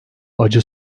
acı